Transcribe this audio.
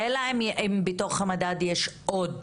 אלא אם בתוך המדד יש עוד